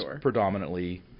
predominantly